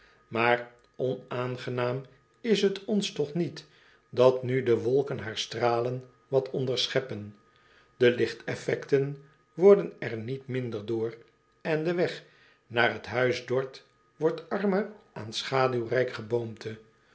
maar onaangenaam is t ons toch niet dat nu de wolken haar stralen wat onderscheppen de lichteffecten worden er niet minder door en de weg naar het huis d o r t h wordt armer aan schaduwrijk geboomte